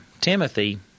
Timothy